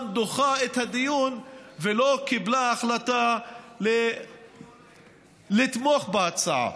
דוחה את הדיון ולא קיבלה החלטה לתמוך בהצעה.